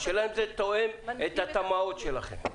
השאלה אם זה תואם את התמ"אות שלכם.